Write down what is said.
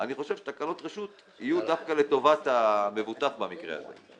אני חושב שתקנות רשות יהיו דווקא לטובת המבוטח במקרה הזה.